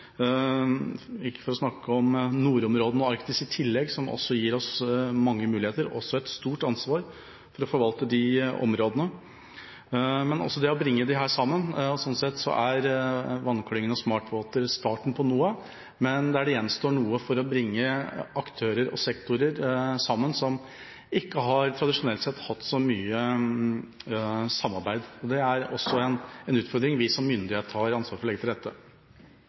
for ikke å snakke om nordområdene og Arktis i tillegg, som gir oss mange muligheter og et stort ansvar for å forvalte de områdene, men også det å bringe disse sammen. Sånn sett er Vannklyngen og Smart Water Cluster starten på noe, men det gjenstår noe for å bringe aktører og sektorer sammen som tradisjonelt sett ikke har hatt så mye samarbeid. Det er også en utfordring der vi som myndighet har ansvar for å legge til rette.